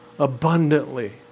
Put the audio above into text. abundantly